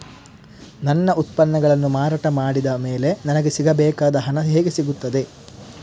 ನನ್ನ ಉತ್ಪನ್ನಗಳನ್ನು ಮಾರಾಟ ಮಾಡಿದ ಮೇಲೆ ನನಗೆ ಸಿಗಬೇಕಾದ ಹಣ ಹೇಗೆ ಸಿಗುತ್ತದೆ?